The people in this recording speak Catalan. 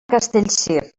castellcir